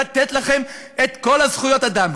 לתת לכם את כל זכויות האדם,